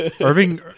Irving